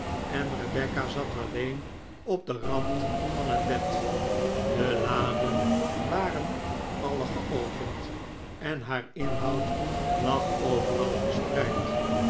en rebecca zat alleen op den rand van het bed de laden waren alle geopend en haar inhoud lag overal verspreid